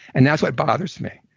and that's what bothers me.